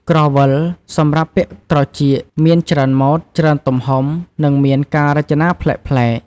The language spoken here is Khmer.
ក្រវិល សម្រាប់ពាក់ត្រចៀក មានច្រើនម៉ូដ ច្រើនទំហំ និងមានការរចនាប្លែកៗ។